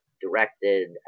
directed